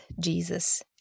Jesus